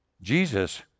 Jesus